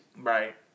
Right